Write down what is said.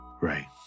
Right